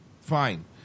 Fine